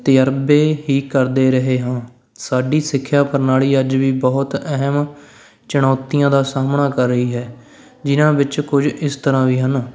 ਤਜਰਬੇ ਹੀ ਕਰਦੇ ਰਹੇ ਹਾਂ ਸਾਡੀ ਸਿੱਖਿਆ ਪ੍ਰਣਾਲੀ ਅੱਜ ਵੀ ਬਹੁਤ ਅਹਿਮ ਚੁਣੌਤੀਆਂ ਦਾ ਸਾਹਮਣਾ ਕਰ ਰਹੀ ਹੈ ਜਿਨਾਂ ਵਿੱਚ ਕੁਝ ਇਸ ਤਰ੍ਹਾਂ ਵੀ ਹਨ